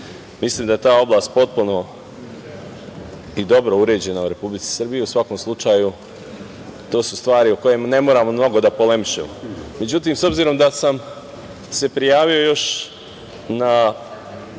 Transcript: Mislim da je ta oblast potpuno i dobro uređena u Republici Srbiji i u svakom slučaju to su stvari o kojima ne moramo mnogo da polemišemo.Međutim, s obzirom da sam se prijavio još na